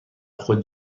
خود